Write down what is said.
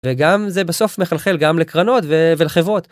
וגם זה בסוף מחלחל גם לקרנות ולחברות.